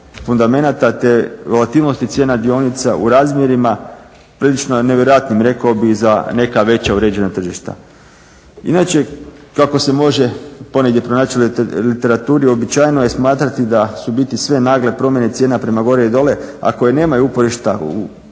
fundamenata, te o aktivnosti cijena dionica u razmjerima prilično nevjerojatnim rekao bih i za neka veća uređena tržišta. Inače, kako se može ponegdje pronaći u literaturi uobičajeno je smatrati da su u biti sve nagle promjene cijena prema gore i dole, a koje nemaju uporišta u